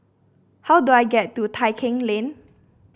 how do I get to Tai Keng Lane